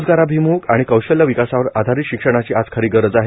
रोजगाराभिम्ख आणि कौशल्य विकासावर आधारित शिक्षणाची आज खरी गरज आहे